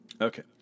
Okay